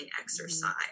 exercise